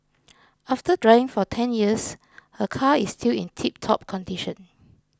after driving for ten years her car is still in tiptop condition